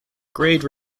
grade